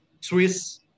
Swiss